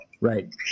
right